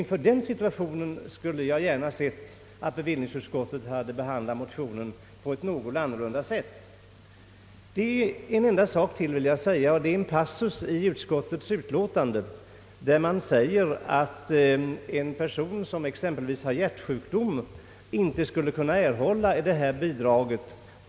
I den situationen skulle jag gärna ha sett att bevillningsutskottet hade behandlat motionen något annorlunda. En sak till vill jag säga. I en passus i utlåtandet står det att en person som exempelvis har hjärtsjukdom inte skulle kunna erhålla det här bilbidraget.